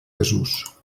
desús